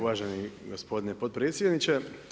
Uvaženi gospodine potpredsjedniče.